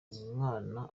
umwana